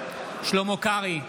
שלמה קרעי,